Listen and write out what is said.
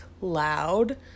loud